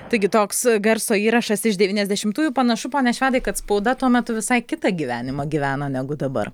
taigi toks garso įrašas iš devyniasdešimtųjų panašu pone švedai kad spauda tuo metu visai kitą gyvenimą gyveno negu dabar